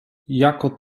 jako